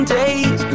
days